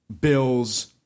Bills